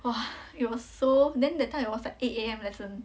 !wah! it was so then that time it was like eight A_M lesson